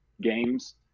games